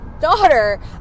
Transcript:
daughter